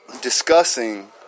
discussing